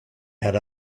head